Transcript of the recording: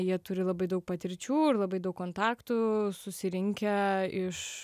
jie turi labai daug patirčių ir labai daug kontaktų susirinkę iš